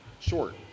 short